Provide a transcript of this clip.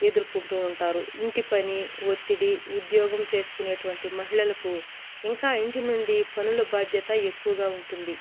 ఎదుర్కొంటూ ఉంటారు ఇంటి పని ఒత్తిడి ఉద్యోగం చేసుకునేటువంటి మహిళలకు ఇంకా ఇంటి నుండి పనుల బాధ్యత ఎక్కువగా ఉంటుంది